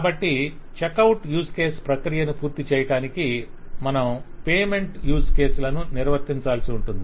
కాబట్టి check out use case ప్రక్రియను పూర్తి చేయడానికి మనం పేమెంట్ యూజ్ కేస్ ను నిర్వర్తించాల్సి ఉంటుంది